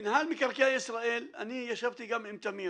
מנהל מקרקעי ישראל, אני ישבתי גם עם תמיר,